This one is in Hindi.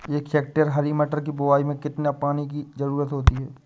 एक हेक्टेयर हरी मटर की बुवाई में कितनी पानी की ज़रुरत होती है?